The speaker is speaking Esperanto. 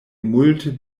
multe